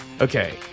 Okay